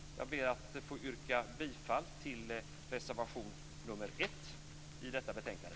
Jag ber att få yrka bifall till reservation nr 1 i detta betänkande.